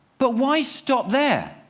but why stop there?